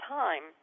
time